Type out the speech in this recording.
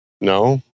No